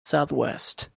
southwest